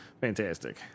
Fantastic